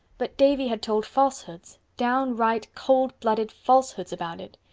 but davy had told falsehoods. downright coldblooded falsehoods about it.